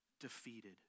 defeated